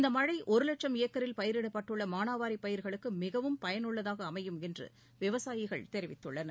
இந்த மழை ஒரு வட்சும் ஏக்கரில் பயிரிடப்பட்டுள்ள மானாவாரிப் பயிர்களுக்கு மிகவும் பயனுள்ளதாக அமையும் என்று விவசாயிகள் தெரிவித்துள்ளனர்